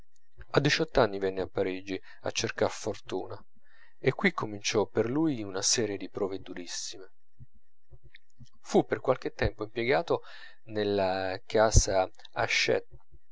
a diciott'anni venne a parigi a cercar fortuna e qui cominciò per lui una serie di prove durissime fu per qualche tempo impiegato nella casa